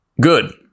Good